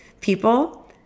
people